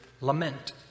lament